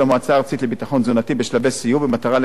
במטרה לגבש תוכנית כלל-מערכתית להסדרת תחום זה,